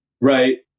Right